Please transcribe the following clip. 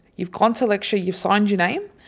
you've gone to lecture, you've signed your name.